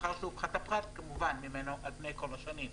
לאחר שהופחת הפחת ממנו, כמובן, על פני כל השנים.